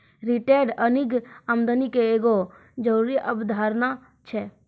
retained earning आमदनी के एगो जरूरी अवधारणा छै